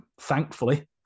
thankfully